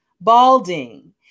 balding